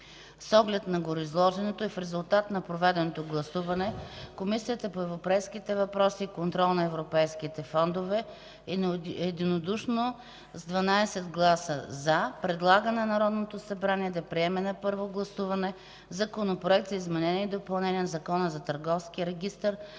С оглед на гореизложеното и в резултат на проведеното гласуване, Комисията по европейските въпроси и контрол на европейските фондове с 12 гласа „за” предлага на Народното събрание да приеме на първо гласуване Законопроект за изменение и допълнение на Закона за търговския регистър,